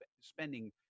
spending